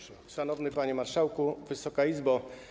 Szanowny Panie Marszałku, Wysoka Izbo!